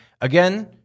Again